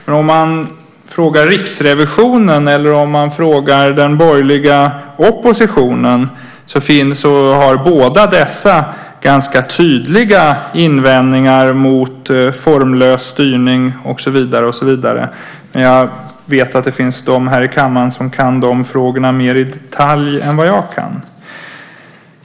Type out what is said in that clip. Men om man frågar Riksrevisionen eller om man frågar den borgerliga oppositionen så har båda dessa ganska tydliga invändningar mot formlös styrning och så vidare. Jag vet att det finns de här i kammaren som kan de frågorna mer i detalj än vad jag kan.